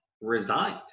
resigned